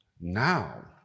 now